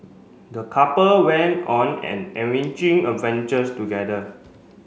the couple went on an enriching adventures together